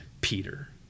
Peter